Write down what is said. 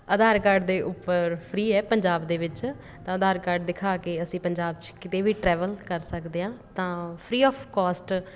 ਆਧਾਰ card ਦੇ ਉੱਪਰ free ਹੈ ਪੰਜਾਬ ਦੇ ਵਿੱਚ ਤਾਂ ਆਧਾਰ ਕਾਰਡ ਦਿਖਾ ਕੇ ਅਸੀਂ ਪੰਜਾਬ 'ਚ ਕਿਤੇ ਵੀ ਟਰੈਵਲ ਕਰ ਸਕਦੇ ਹਾਂ ਤਾਂ ਫਰੀ ਔਫ ਕੋਸਟ